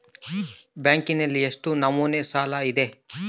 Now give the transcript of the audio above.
ಬ್ಯಾಂಕಿನಲ್ಲಿ ಎಷ್ಟು ನಮೂನೆ ಸಾಲ ಇದೆ?